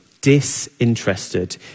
disinterested